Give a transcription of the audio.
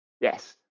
Yes